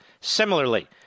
Similarly